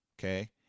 Okay